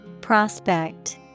Prospect